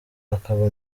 akaba